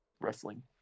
wrestling